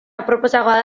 aproposagoa